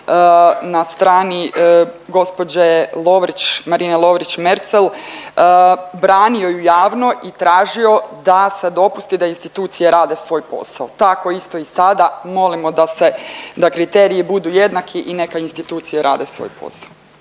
na strani gđe Lovrić, Marine Lovrić Merzel branio ju javno i tražio da se dopusti da institucije rade svoj posao, tako isto i sada, molimo da se, da kriteriji budu jednaki i neka institucije rade svoj posao.